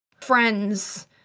friends